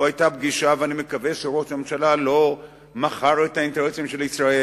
או היתה פגישה ואני מקווה שראש הממשלה לא מכר את האינטרסים של ישראל,